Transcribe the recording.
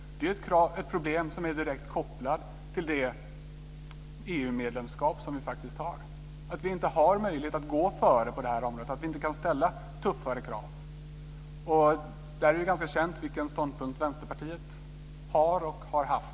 Det är ju ett problem som är direkt kopplat till EU-medlemskapet, att vi inte har möjlighet att gå före på detta område och att vi inte kan ställa tuffare krav. I fråga om detta är det ganska känt vilken ståndpunkt som Vänsterpartiet har och har haft.